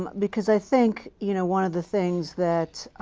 because i think you know one of the things that